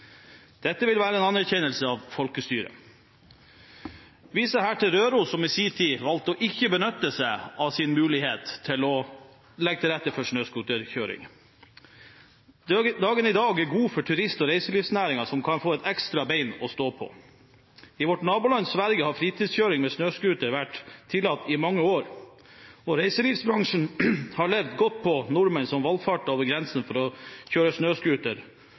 Dette vil være en anerkjennelse av folkestyret. Jeg viser her til Røros, som i sin tid valgte å ikke benytte seg av sin mulighet til å legge til rette for snøscooterkjøring. Dagen i dag er god for turist- og reiselivsnæringen, som kan få et ekstra ben å stå på. I vårt naboland Sverige har fritidskjøring med snøscooter vært tiltatt i mange år, og reiselivsbransjen har levd godt på nordmenn som valfarter over grensen for å kjøre snøscooter.